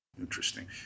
Interesting